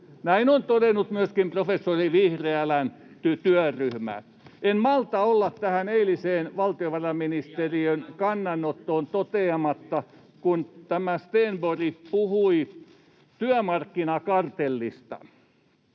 Näin on todennut myöskin professori Vihriälän työryhmä. En malta olla tähän eiliseen valtiovarainministeriön kannanottoon toteamatta, kun tämä Stenborg puhui työmarkkinakartellista.